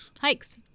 Hikes